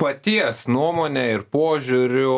paties nuomone ir požiūriu